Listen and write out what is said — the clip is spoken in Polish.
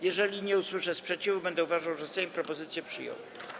Jeżeli nie usłyszę sprzeciwu, będę uważał, że Sejm propozycję przyjął.